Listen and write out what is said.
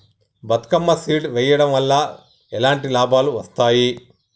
Bathukamma seed వెయ్యడం వల్ల ఎలాంటి లాభాలు వస్తాయి?